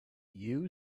you